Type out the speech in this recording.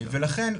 ולכן,